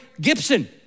Gibson